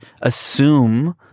assume